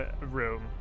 room